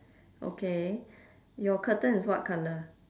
okay your curtain is what colour